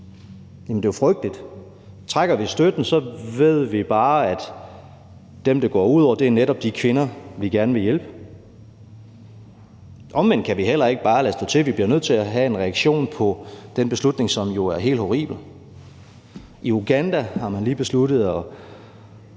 Jamen det er jo frygteligt. Trækker vi støtten, ved vi bare, at dem, det går ud over, netop er de kvinder, vi gerne vil hjælpe. Omvendt kan vi heller ikke bare lade stå til. Vi bliver nødt til at have en reaktion på den beslutning, som jo er helt horribel. I Uganda har man lige besluttet at